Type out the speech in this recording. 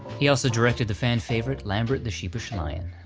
he also directed the fan-favorite, lambert the sheepish lion.